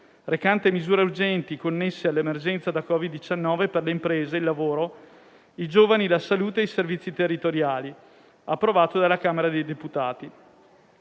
recante misure urgenti connesse all'emergenza da COVID-19, per le imprese, il lavoro, i giovani, la salute e i servizi territoriali*** *(Approvato dalla Camera dei deputati)